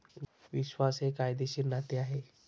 विश्वास हे कायदेशीर नाते आहे